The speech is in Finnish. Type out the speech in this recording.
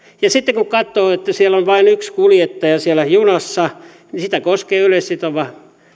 ja sitten kun katsoo että on vain yksi kuljettaja siellä junassa sitä koskee yleissitova